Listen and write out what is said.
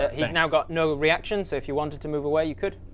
ah he's now got no reaction. so if you wanted to move away you could